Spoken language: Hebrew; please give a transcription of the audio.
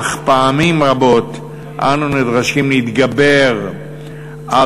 אך פעמים רבות אנו נדרשים להתגבר על